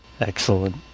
Excellent